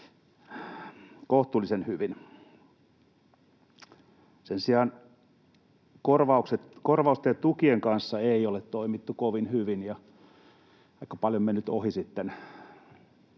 kohtuullisen hyvin. Sen sijaan korvausten ja tukien kanssa ei ole toimittu kovin hyvin, ja aika paljon on mennyt ohi sitten